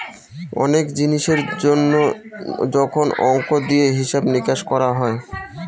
অনেক জিনিসের জন্য যখন অংক দিয়ে হিসাব নিকাশ করা হয়